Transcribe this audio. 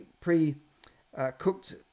pre-cooked